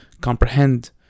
comprehend